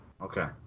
Okay